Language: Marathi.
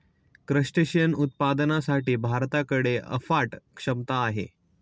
क्रस्टेशियन उत्पादनासाठी भारताकडे अफाट क्षमता आहे